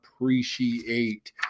appreciate